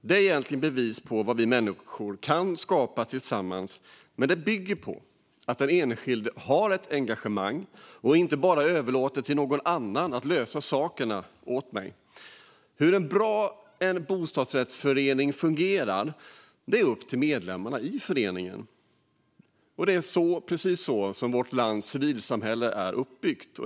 Den är ett bevis på vad vi människor kan skapa tillsammans, men den bygger på att den enskilde har ett engagemang och inte bara överlåter till någon annan att lösa allt. Hur bra en bostadsrättsförening fungerar är upp till medlemmarna i föreningen, och det är precis så vårt lands civilsamhälle är uppbyggt.